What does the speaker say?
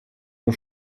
nur